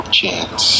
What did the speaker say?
chance